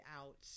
out